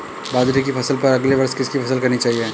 बाजरे की फसल पर अगले वर्ष किसकी फसल करनी चाहिए?